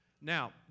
Now